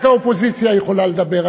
רק האופוזיציה יכולה לדבר,